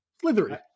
slithery